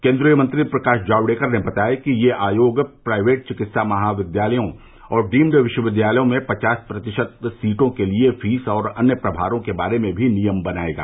केन्द्रीय मंत्री प्रकाश जावड़ेकर ने बताया कि यह आयोग प्राइवेट चिकित्सा महाविद्यालयों और डीम्ड विश्वविद्यालयों में पचास प्रतिशत सीटों के लिए फीस और अन्य प्रभारों के बारे में भी नियम बनाएगा